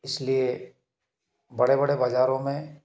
इसलिए बड़े बड़े बाज़ारों में